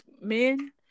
men